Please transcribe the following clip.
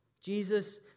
Jesus